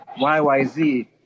YYZ